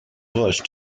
bush